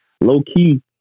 low-key